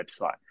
website